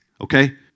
Okay